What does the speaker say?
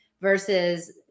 versus